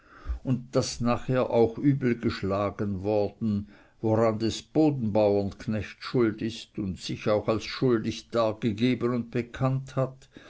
und daß nachher auch übel geschlagen worden woran des bodenbauren knecht schuld ist und sich auch als schuldig dargegeben und bekannt hat